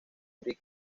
big